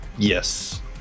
Yes